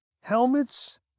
helmets